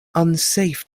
unsafe